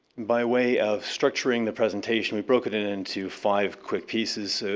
by way of structuring the presentation, we broke it it into five quick pieces,